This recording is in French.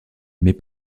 mais